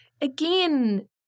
again